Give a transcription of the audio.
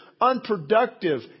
unproductive